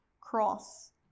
cross